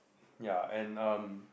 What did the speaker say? ya and um